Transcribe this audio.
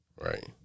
Right